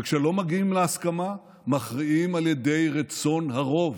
וכשלא מגיעים להסכמה, מכריעים על ידי רצון הרוב.